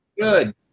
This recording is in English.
Good